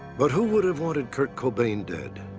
but who would have wanted kurt cobain dead?